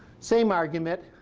same argument.